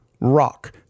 Rock